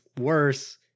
worse